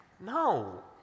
no